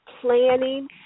planning